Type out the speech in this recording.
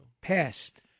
Past